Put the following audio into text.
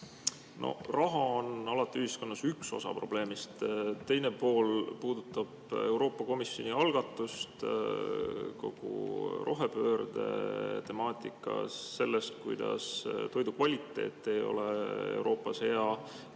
Raha on alati ühiskonnas üks osa probleemist. Teine pool puudutab Euroopa Komisjoni algatust kogu rohepöörde temaatikas [seoses sellega], et toidu kvaliteet ei ole Euroopas hea